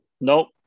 Nope